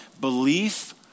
Belief